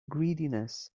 greediness